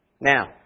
Now